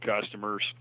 customers